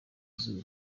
izuba